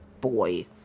Boy